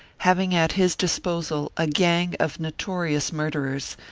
having at his disposal a gang of notorious murderers,